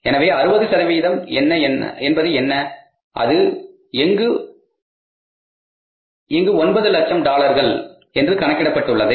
எனவே 60 சதவீதம் என்பது என்ன அது இங்கு ஒன்பது லட்சம் டாலர்கள் என்று கணக்கிடப்பட்டுள்ளது